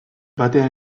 batean